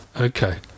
Okay